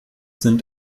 sind